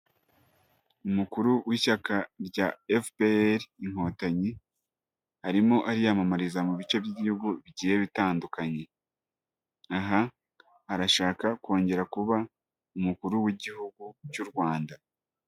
Umukuru w'ishyaka rya FPR Inkotanyi, arimo ariyamamariza mu bice by'igihugu bigiye bitandukanye, aha arashaka kongera kuba umukuru w'igihugu cy'u Rwanda.